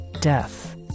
death